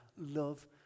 love